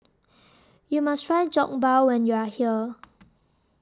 YOU must Try Jokbal when YOU Are here